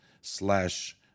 slash